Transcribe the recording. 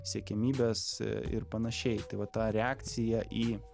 siekiamybės ir panašiai tai va ta reakcija į